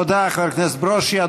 תודה, חבר הכנסת ברושי.